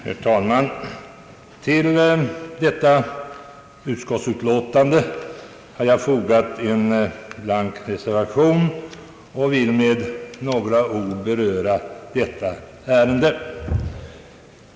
Herr talman! Till detta utskottsutlåtande har jag fogat en blank reservation och vill med några ord beröra detta ärende.